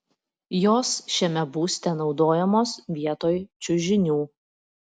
jos šiame būste naudojamos vietoj čiužinių